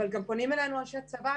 אבל גם פונים אלינו אנשי צבא,